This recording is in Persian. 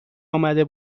امده